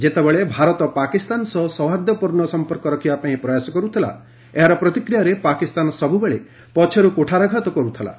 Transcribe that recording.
ଯେତେବେଳେ ଭାରତ ପାକିସ୍ତାନ ସହ ସୌହାଦର୍ଯ୍ୟପୂର୍ଣ୍ଣ ସମ୍ପର୍କ ରଖିବାପାଇଁ ପ୍ରୟାସ କରୁଥିଲା ଏହାର ପ୍ରତିକ୍ରିୟାରେ ପାକିସ୍ତାନ ସବୁବେଳେ ପଛରୁ କ୍ରଠାରଘାତ କର୍ତ୍ଥଲା